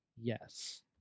yes